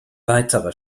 weiterer